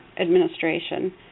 administration